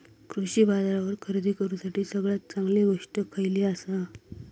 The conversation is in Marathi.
कृषी बाजारावर खरेदी करूसाठी सगळ्यात चांगली गोष्ट खैयली आसा?